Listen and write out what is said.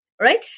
Right